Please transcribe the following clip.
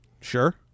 sure